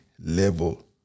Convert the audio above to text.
level